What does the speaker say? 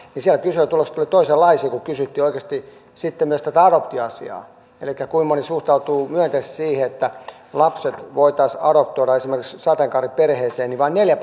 siellä kyselytulokset olivat toisenlaisia kun kysyttiin oikeasti sitten myös tätä adoptioasiaa elikkä sitä kuinka moni suhtautuu myönteisesti siihen että lapset voitaisiin adoptoida esimerkiksi sateenkaariperheeseen niin vain neljä